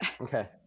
Okay